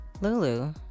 Lulu